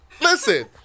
listen